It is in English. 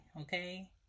okay